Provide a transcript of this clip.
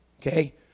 okay